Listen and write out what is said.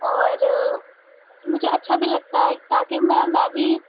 اور مجھے اچھا بھی لگتا ہے تاکہ میں میں بھی